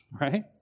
Right